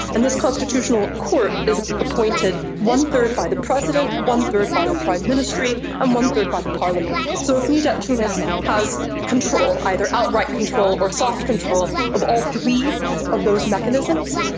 and this constitutional court is appointed one-third by the president, one-third by the prime ministry, and one-third by the parliament. so if nidaa tounes and has has control, either outright control or soft control, of all three of those mechanisms,